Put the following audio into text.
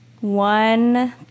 one